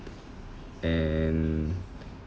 and